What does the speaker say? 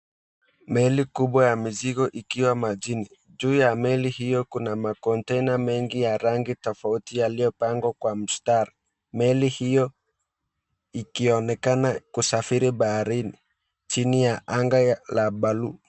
Meli kubwa ya mizigo ikiwa majini. Juu ya meli hiyo kuna macontainer mengi ya rangi tofauti yaliyopangwa kwa mstari. Meli hiyo ikionekana kusafiri baharini chini ya anga la buluu .